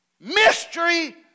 Mystery